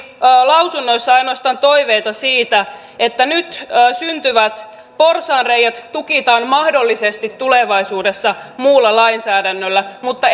lausumissaan ainoastaan toiveita siitä että nyt syntyvät porsaanreiät tukitaan mahdollisesti tulevaisuudessa muulla lainsäädännöllä mutta